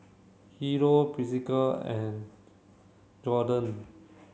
Hideo Priscilla and Jordon